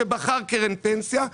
שבחר קרן פנסיה,